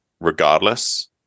regardless